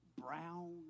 Brown